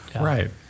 Right